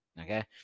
Okay